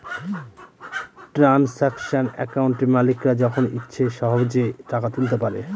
transaction একাউন্টে মালিকরা যখন ইচ্ছে সহেজে টাকা তুলতে পারে